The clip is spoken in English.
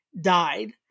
died